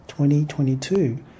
2022